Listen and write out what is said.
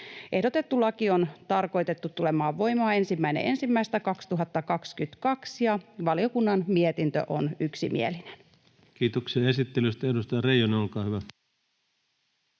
Ehdotettu laki on tarkoitettu tulemaan voimaan 1.1.2022, ja valiokunnan mietintö on yksimielinen. [Speech 235] Speaker: Ensimmäinen varapuhemies